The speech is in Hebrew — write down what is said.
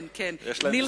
כן, כן.